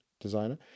designer